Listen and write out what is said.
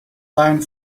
line